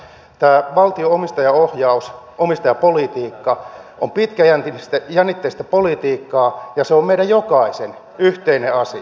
tämä valtion omistajaohjaus omistajapolitiikka on pitkäjännitteistä politiikkaa ja se on meidän jokaisen yhteinen asia